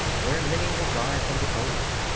where many will die from the cold.